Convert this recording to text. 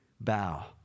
bow